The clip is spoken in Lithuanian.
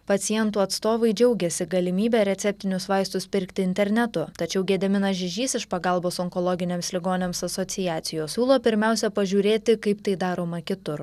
pacientų atstovai džiaugiasi galimybe receptinius vaistus pirkti internetu tačiau gediminas žižys iš pagalbos onkologiniams ligoniams asociacijos siūlo pirmiausia pažiūrėti kaip tai daroma kitur